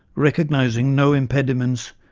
recognising no impediments,